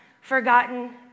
forgotten